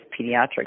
pediatrics